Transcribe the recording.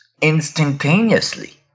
instantaneously